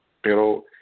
pero